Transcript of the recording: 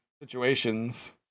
situations